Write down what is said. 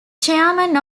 chairman